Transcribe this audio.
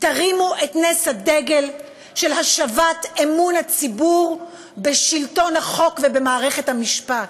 תרימו את נס הדגל של השבת אמון הציבור בשלטון החוק ובמערכת המשפט,